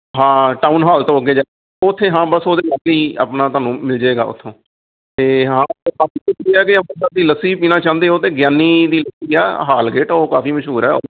ਹਾਂ town hall ਤੋਂ ਅੱਗੇ ਜਾ ਉੱਥੇ ਹਾਂ ਬਸ ਉਹਦੇ ਲਾਗੇ ਹੀ ਆਪਣਾ ਤੁਹਾਨੂੰ ਮਿਲ ਜਾਏਗਾ ਉੱਥੋਂ ਤੋਂ ਹਾਂ ਕਿ ਅੰਮ੍ਰਿਤਸਰ ਦੀ ਲੱਸੀ ਪੀਣਾ ਚਾਹੁੰਦੇ ਹੋ ਤਾਂ ਗਿਆਨੀ ਦੀ ਲੱਸੀ ਆ ਹਾਲ ਗੇਟ ਉਹ ਕਾਫੀ ਮਸ਼ਹੂਰ ਹੈ